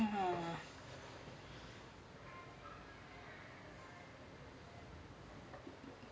(uh huh)